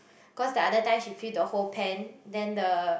cause the other time she feel the whole pan then the